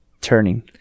turning